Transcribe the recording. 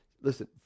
Listen